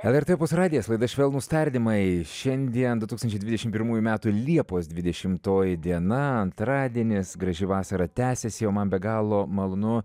lrt opus radijas laida švelnūs tardymai šiandien du tūkstančiai dvidešimt pirmųjų metų liepos dvidešimtoji diena antradienis graži vasara tęsiasi o man be galo malonu